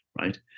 Right